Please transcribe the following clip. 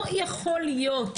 לא יכול להיות.